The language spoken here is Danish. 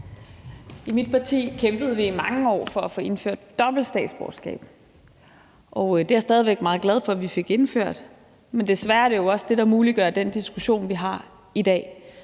I mit parti kæmpede vi i mange år for at få indført dobbelt statsborgerskab, og det er jeg stadig væk meget glad for at vi fik indført. Men desværre er det jo også det, der muliggør den diskussion, vi har i dag,